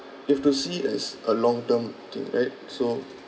you've to see as a long term thing right so